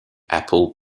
apple